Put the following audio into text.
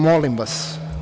Molim vas.